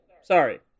sorry